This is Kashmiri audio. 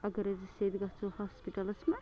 اگر حظ أسۍ ییٚتہِ گژھو ہاسپِٹَلَس منٛز